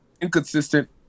inconsistent